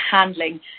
handling